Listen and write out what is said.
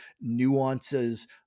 nuances